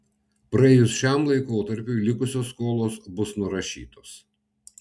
praėjus šiam laikotarpiui likusios skolos bus nurašytos